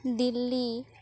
Delhi